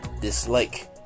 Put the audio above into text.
dislike